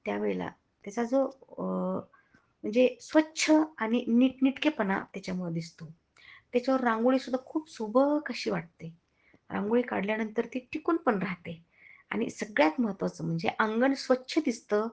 त्यावेळेला त्याचा जो म्हणजे स्वच्छ आणि नीटनेटकेपणा त्याच्यामुळं दिसतो त्याच्यावर रांगोळीसुद्धा खूप सुबक अशी वाटते रांगोळी काढल्यानंतर ती टिकून पण राहते आणि सगळ्यात महत्त्वाचं म्हणजे अंगण स्वच्छ दिसतं